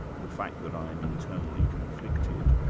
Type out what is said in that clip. the fact that i am internally conflicted,